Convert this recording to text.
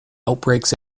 outbreaks